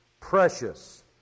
precious